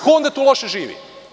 Ko onda tu loše živi?